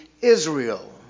Israel